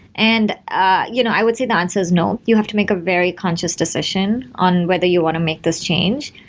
and ah you know i would say the answer is no. you have to make a very conscious decision on whether you want to make this change.